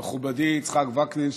מכובדי יצחק וקנין,